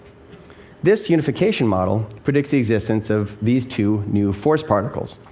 this unification model predicts the existence of these two new force particles,